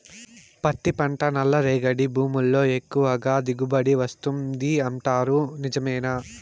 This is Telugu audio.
పత్తి పంట నల్లరేగడి భూముల్లో ఎక్కువగా దిగుబడి వస్తుంది అంటారు నిజమేనా